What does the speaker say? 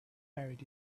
buried